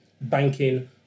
banking